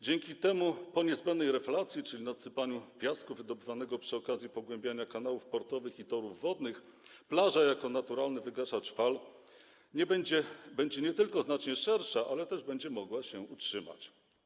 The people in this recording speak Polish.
Dzięki temu po niezbędnej reflacji, czyli nadsypaniu piasku wydobywanego przy okazji pogłębiania kanałów portowych i torów wodnych, plaża jako naturalny wygaszacz fal nie tylko będzie znacznie szersza, ale też będzie mogła się utrzymać.